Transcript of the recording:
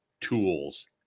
tools